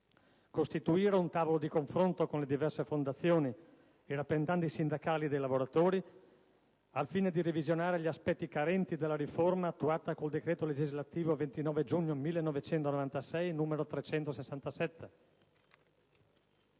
costituire un tavolo di confronto con le diverse fondazioni ed i rappresentanti sindacali dei lavoratori al fine di revisionare gli aspetti carenti della riforma attuata con il decreto legislativo 29 giugno 1996, n. 367;